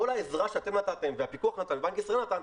כל העזרה שאתם נתתם והפיקוח נתן ובנק ישראל נתן,